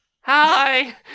hi